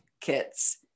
kits